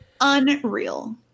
Unreal